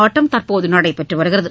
ஆட்டம் தற்போது நடைபெற்று வருகிறது